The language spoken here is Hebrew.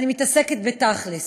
ענייננו הוא לגמרי בתכל'ס,